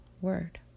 word